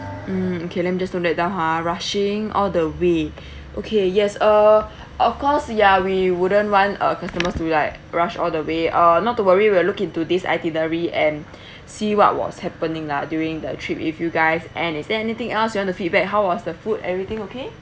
hmm let me just note that ha rushing all the way okay yes uh of course ya we wouldn't want uh customers to like rush all the way uh not to worry we'll look into this itinerary and see what was happening lah during that trip with you guys and is there anything else you want to feedback how was the food everything okay